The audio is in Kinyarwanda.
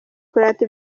kurata